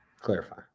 clarify